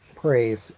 Praise